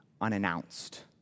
unannounced